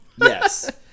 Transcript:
Yes